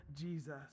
Jesus